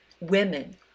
women